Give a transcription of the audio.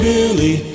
Billy